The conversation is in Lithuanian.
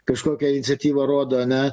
kažkokią iniciatyvą rodo ane